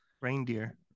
Reindeer